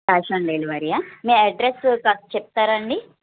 cash on డెలివరీయా మీ address ఒకసారి చెప్తారా అండి